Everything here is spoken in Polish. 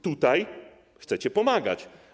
Tutaj chcecie pomagać.